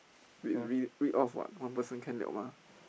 read read read off [what] one person can [liao] mah